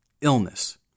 illness